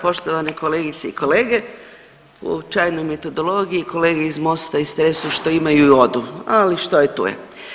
Poštovane kolegice i kolege, uobičajenoj metodologiji kolege iz MOST-a istresu što imaju i odu, ali što je tu ju.